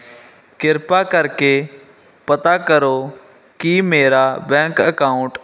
ਕਿਰਪਾ ਕਰਕੇ ਪਤਾ ਕਰੋ ਕਿ ਮੇਰਾ ਬੈਂਕ ਅਕਾਊਂਟ